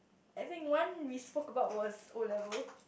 I think one we spoke about was O-level